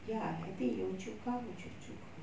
ya I think yio chu kang or choa chu kang